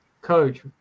coach